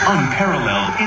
Unparalleled